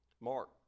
Mark